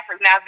Now